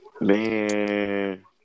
Man